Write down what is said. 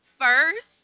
first